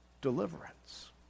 deliverance